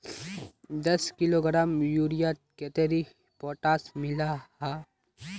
दस किलोग्राम यूरियात कतेरी पोटास मिला हाँ?